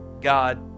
God